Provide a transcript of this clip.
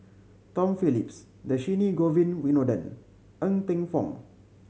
Tom Phillips Dhershini Govin Winodan Ng Teng Fong